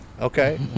Okay